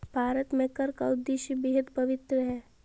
भारत में कर का उद्देश्य बेहद पवित्र है